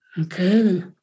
Okay